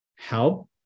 Help